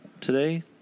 today